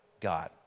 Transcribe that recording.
God